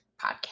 podcast